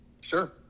Sure